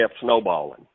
snowballing